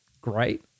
great